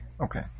Okay